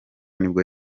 nibwo